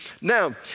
Now